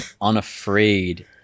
unafraid